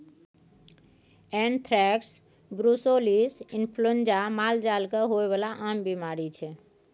anthrax, brucellosis influenza मालजाल केँ होइ बला आम बीमारी छै